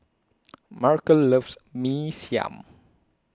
Markel loves Mee Siam